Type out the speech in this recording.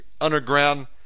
underground